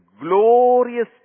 glorious